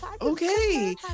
Okay